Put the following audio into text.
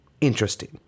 interesting